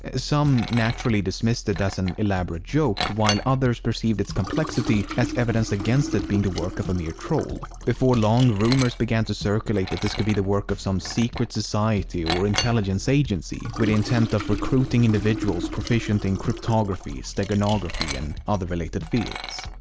some naturally dismissed it as an elaborate joke while others perceived its complexity as evidence against it being the work of a mere troll. before long, rumors began to circulate that this could be the work of some secret society or intelligence agency with the intent of recruiting individuals proficient in cryptography, steganography, and other related fields.